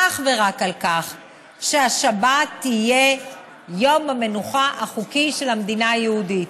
אך ורק על כך שהשבת תהיה יום המנוחה החוקי של המדינה היהודית.